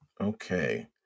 Okay